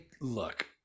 look